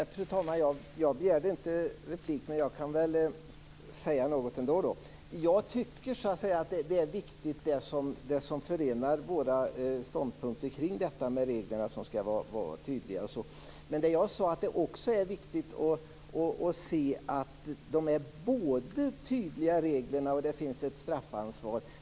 Fru talman! Jag begärde inte replik, man jag kan säga något i alla fall. Det är viktigt att vi förenas i våra ståndpunkter om att reglerna skall vara tydliga. Men jag sade också att det är viktigt att reglerna är tydliga och att det finns ett straffansvar.